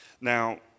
Now